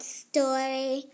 story